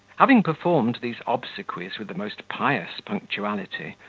having performed these obsequies with the most pious punctuality,